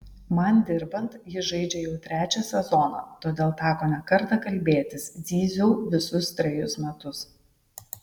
man dirbant jis žaidžia jau trečią sezoną todėl teko ne kartą kalbėtis zyziau visus trejus metus